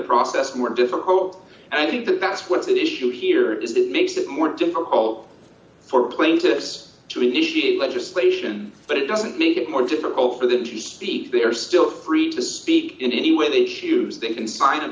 process more difficult and i think that that's what's at issue here is that it makes it more difficult for plaintiffs to initiate legislation but it doesn't make it more difficult for them to speak they are still free to speak in any way they choose they can sign a